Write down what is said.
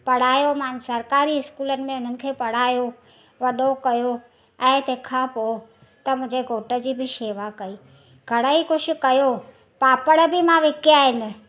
पढ़ायो मानि सरकारी स्कूलनि में उन्हनि खे पढ़ायो वॾो कयो ऐं तंहिंखां पोइ त मुंहिंजे घोट जी बि शेवा कई घणेई कुझु कयो पापड़ बि मां विकिणिया आहिनि